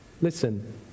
Listen